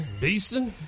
Beasting